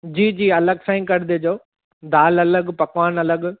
जी जी अलॻि सां ई करे ॾिजो दालि अलॻि पकवान अलॻि